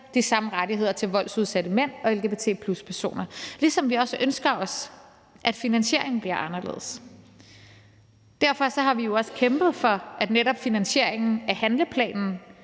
de samme rettigheder til voldsudsatte mænd og lgbt+-personer, ligesom vi også ønsker os, at finansieringen bliver anderledes. Derfor har vi jo også kæmpet for, at netop finansieringen af handleplanen